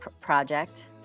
project